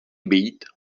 být